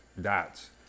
dots